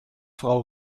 frau